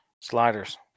Sliders